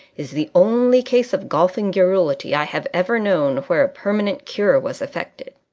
is the only case of golfing garrulity i have ever known where a permanent cure was affected.